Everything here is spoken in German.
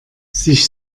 sich